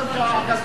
אין בעיה.